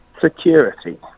security